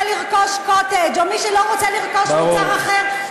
לרכוש קוטג' או מי שלא רוצה לרכוש מוצר אחר,